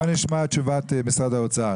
בוא נשמע את תשובת משרד האוצר,